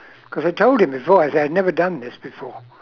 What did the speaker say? cause I told him before I said I've never done this before